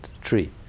tree